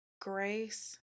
grace